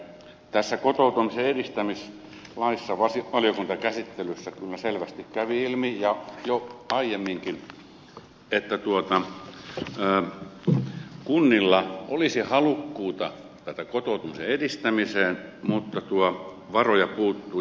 tässä kotoutumisen edistämislaissa valiokuntakäsittelyssä kyllä selvästi kävi ilmi ja jo aiemminkin että kunnilla olisi halukkuutta kotoutumisen edistämiseen mutta varoja puuttuu